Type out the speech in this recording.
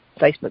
Facebook